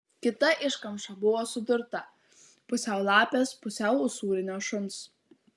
kita iškamša buvo sudurta pusiau lapės pusiau usūrinio šuns